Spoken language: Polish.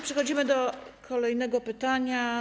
Przechodzimy do kolejnego pytania.